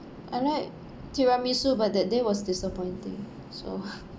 I like tiramisu but that day was disappointing so